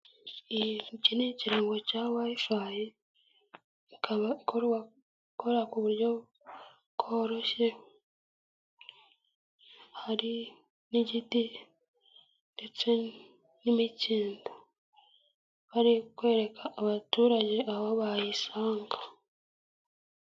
Igihe ukeneye ikirango cya wayifazi ukaba ikora ku buryo bworoshye, hari n'igiti n'imikindo bakaba barikwereka abaturage aho bayisanga.